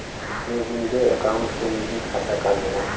सेवींगे account के निजी खाता कहल जाला